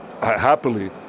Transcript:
happily